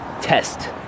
test